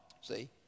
see